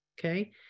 Okay